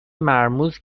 مرموز